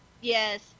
Yes